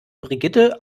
brigitte